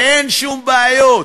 ואין שום בעיות,